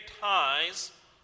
ties